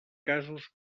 casos